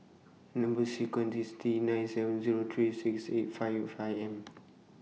Number sequence IS T nine seven Zero three six eight five five M